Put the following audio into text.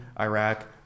Iraq